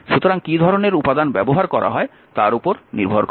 সুতরাং কী ধরনের উপাদান ব্যবহার করা হয় তার উপর নির্ভর করে